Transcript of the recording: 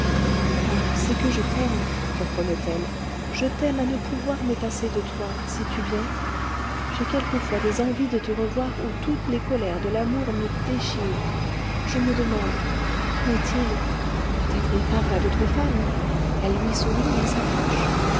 oh c'est que je t'aime reprenait elle je t'aime à ne pouvoir me passer de toi sais-tu bien j'ai quelquefois des envies de te revoir où toutes les colères de l'amour me déchirent je me demande où est-il peut-être il parle à d'autres femmes elles lui sourient il s'approche